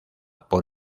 por